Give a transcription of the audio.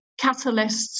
catalysts